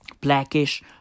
Blackish